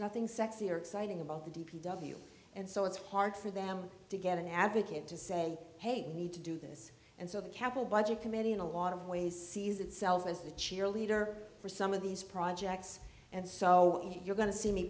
nothing sexier exciting about the d p w and so it's hard for them to get an advocate to say hey we need to do this and so the capital budget committee in a lot of ways sees itself as the cheerleader for some of these projects and so you're going to see me